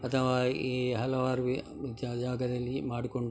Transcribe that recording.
ಅಥವಾ ಈ ಹಲವಾರು ಜಾಗದಲ್ಲಿ ಮಾಡಿಕೊಂಡು